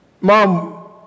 Mom